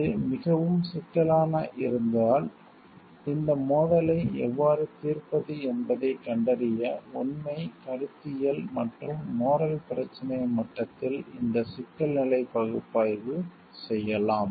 இது மிகவும் சிக்கலானதாக இருந்தால் இந்த மோதலை எவ்வாறு தீர்ப்பது என்பதைக் கண்டறிய உண்மை கருத்தியல் மற்றும் மோரல் பிரச்சினை மட்டத்தில் இந்த சிக்கல் நிலை பகுப்பாய்வு செய்யலாம்